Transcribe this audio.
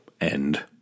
end